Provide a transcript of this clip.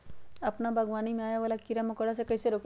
अपना बागवानी में आबे वाला किरा मकोरा के कईसे रोकी?